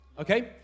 okay